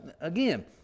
Again